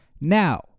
Now